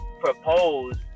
propose